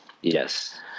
Yes